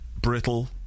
brittle